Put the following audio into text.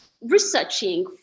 researching